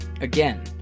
Again